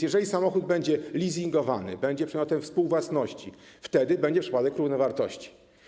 Jeżeli samochód będzie leasingowany, będzie przedmiotem współwłasności, wtedy będzie przepadek równowartości.